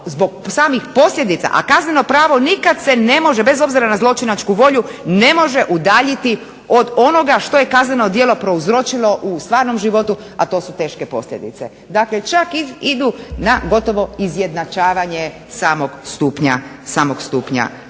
zbog samih posljedica, a kazneno pravo nikad se ne može, bez obzira na zločinačku volju, ne može udaljiti od onoga što je kazneno djelo prouzročilo u stvarnom životu, a to su teške posljedice. Dakle, čak idu na gotovo izjednačavanje samog stupnja